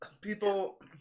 people